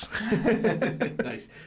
Nice